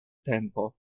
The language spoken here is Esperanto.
tempo